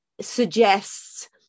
suggests